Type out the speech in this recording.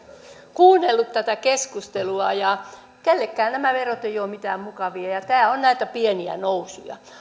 kuunnellut tätä keskustelua ja kenellekään nämä verot eivät ole mitään mukavia ja ja tämä on näitä pieniä nousuja